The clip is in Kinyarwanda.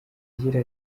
agira